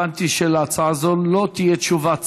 אני הבנתי שלהצעה זו לא תהיה תשובת שר,